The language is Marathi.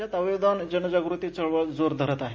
राज्यात अवयवदान जनजागृती चळवळ जोर धरत आहे